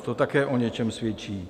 To také o něčem svědčí.